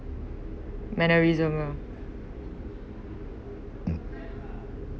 mannerism lah